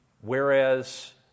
Whereas